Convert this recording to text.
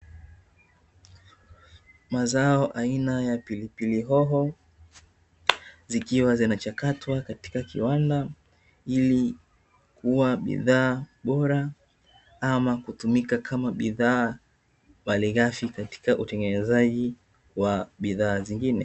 Mazao aina ya pilipili hoho zikiwa zinachakatwa katika kiwanda ili kuwa bidhaa bora ama kutumika kama bidhaa malighafi katika utengenezaji wa bidhaa zingine.